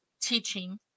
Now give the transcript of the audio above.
teaching